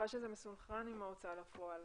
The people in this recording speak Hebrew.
אני מניחה שזה מסונכרן עם ההוצאה לפועל.